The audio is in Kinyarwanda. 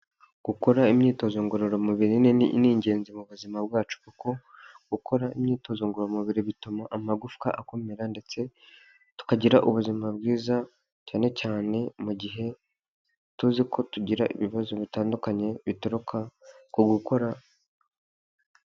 Gukora imyitozo ngororamubiri ni ingenzi mu buzima bwacu, kuko gukora imyitozo ngororamubiri bituma amagufwa akomera ndetse tukagira ubuzima bwiza cyane cyane mu gihe tuzi ko tugira ibibazo bitandukanye bituruka ku gukora.